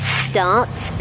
starts